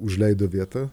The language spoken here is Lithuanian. užleido vietą